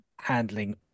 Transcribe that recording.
handling